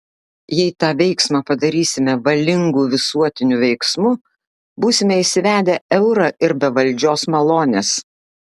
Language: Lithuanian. jei tą veiksmą padarysime valingu visuotiniu veiksmu būsime įsivedę eurą ir be valdžios malonės